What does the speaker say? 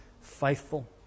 faithful